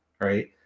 right